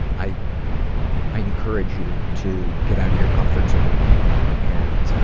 i i encourage you to get out of your comfort zone and